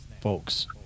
Folks